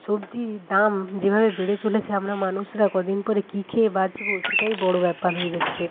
সবজি দাম যেভাবে বেড়ে চলেছে আমরা মানুষরা কদিন পরে কী খেয়ে বাঁচবো সেটাই বড় ব্যাপার হয়ে যাচ্ছে